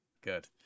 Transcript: good